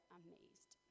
amazed